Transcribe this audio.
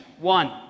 one